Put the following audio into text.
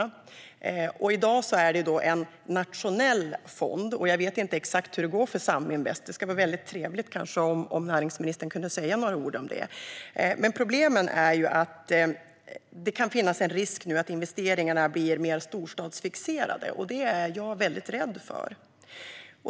I dag rör det sig i stället om en nationell fond. Jag vet inte exakt hur det går för Saminvest - det skulle vara trevligt om näringsministern kunde säga några ord om det. Problemet är att det kan finnas en risk att investeringarna blir mer storstadsfixerade, och det är jag väldigt rädd för.